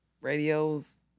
Radio's